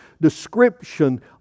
description